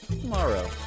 tomorrow